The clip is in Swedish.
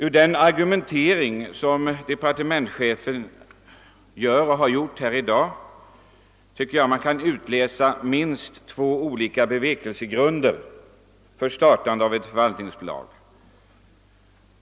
Ur den argumentering som departementschefen gjort här i dag kan man utläsa minst två olika bevekelsegrunder för startandet av ett förvaltningsbolag.